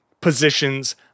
positions